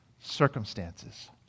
circumstances